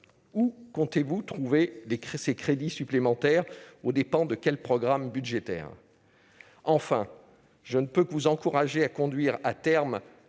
Où comptez-vous trouver ces crédits supplémentaires ? Aux dépens de quels programmes budgétaires ? Enfin, je ne puis que vous encourager à conduire à son terme